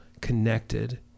connected